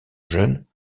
jeunes